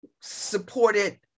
supported